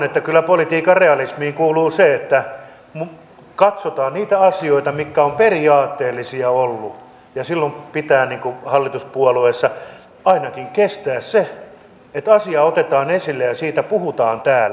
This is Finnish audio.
kyllä politiikan realismiin kuuluu se että katsotaan niitä asioita mitkä ovat periaatteellisia olleet ja silloin pitää hallituspuolueessa ainakin kestää se että asia otetaan esille ja siitä puhutaan täällä